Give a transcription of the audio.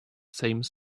same